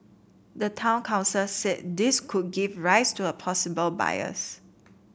the town council said this could give rise to a possible bias